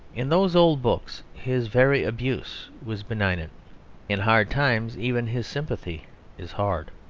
in those old books his very abuse was benignant in hard times even his sympathy is hard.